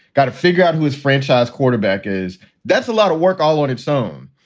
got to figure out who is franchise quarterback is that's a lot of work all on its own.